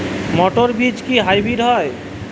মটর বীজ কি হাইব্রিড হয়?